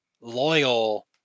loyal